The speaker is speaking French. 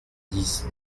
dix